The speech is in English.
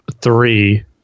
three